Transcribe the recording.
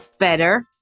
Better